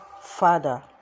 Father